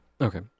okay